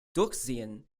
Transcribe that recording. durchziehen